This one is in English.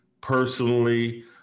personally